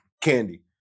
candy